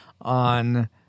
on